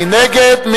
מי נגד?